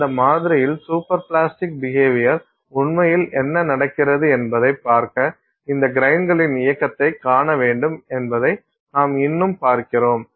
அந்த மாதிரியில் super plastic behaviour உண்மையில் என்ன நடக்கிறது என்பதைப் பார்க்க இந்த கிரைன்களின் இயக்கத்தைக் காண வேண்டும் என்பதை நாம் இன்னும் பார்க்கிறோம்